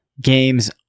games